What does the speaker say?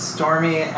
Stormy